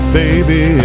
baby